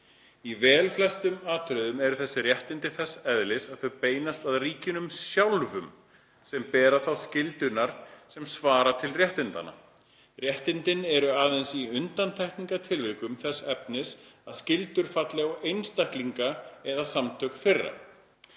Í vel flestum atriðum eru þessi réttindi þess eðlis að þau beinast að ríkjunum sjálfum sem bera þá skyldurnar sem svara til réttindanna. Réttindin eru aðeins í undantekningartilvikum þess efnis að skyldur falli á einstaklinga eða samtök þeirra.